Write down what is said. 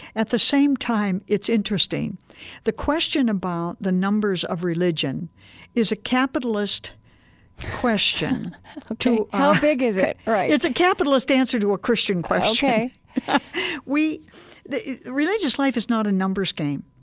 at the same time, it's interesting the question about the numbers of religion is a capitalist question to, how big is it? right it's a capitalist answer to a christian question ok we religious life is not a numbers game.